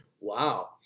wow